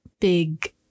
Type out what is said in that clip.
big